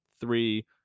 three